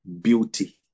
beauty